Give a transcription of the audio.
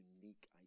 unique